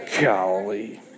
Golly